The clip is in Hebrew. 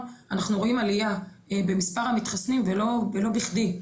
אנחנו רואים עלייה במספר המתחסנים ולא בכדי.